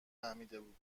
فهمیدهبود